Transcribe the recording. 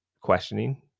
questioning